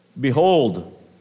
Behold